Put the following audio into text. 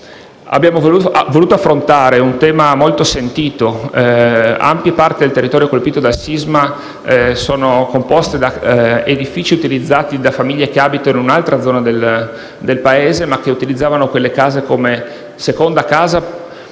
Abbiamo voluto affrontare un tema molto sentito: ampie parti del territorio colpito dal sisma sono composte da edifici utilizzati da famiglie che abitano in un'altra zona del Paese, ma che utilizzavano quegli edifici come seconde case,